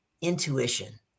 intuition